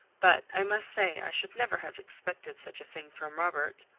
but i must say i should never have expected such a thing from robert.